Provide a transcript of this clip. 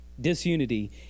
disunity